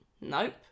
nope